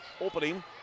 opening